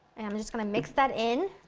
and i'm just gonna mix that in.